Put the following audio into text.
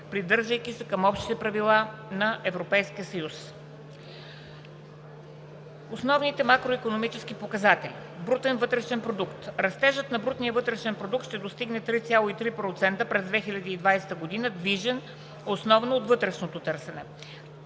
придържайки се към общите правила на Европейския съюз. Основни макроикономически показатели: Брутен вътрешен продукт. Растежът на брутния вътрешен продукт ще достигне 3,3% през 2020 г., движен основно от вътрешното търсене.